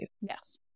Yes